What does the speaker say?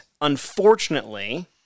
unfortunately